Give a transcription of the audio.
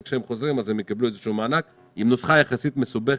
וכשהם יחזרו הם יקבלו איזשהו מענק עם נוסחה יחסית מסובכת.